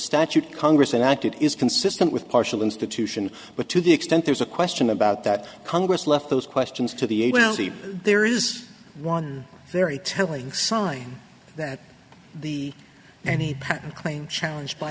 statute congress enacted is consistent with partial institution but to the extent there's a question about that congress left those questions to the agency there is one very telling sign that the any claim challenge by